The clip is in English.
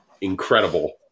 incredible